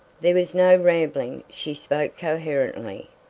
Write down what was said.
there was no rambling, she spoke coherently!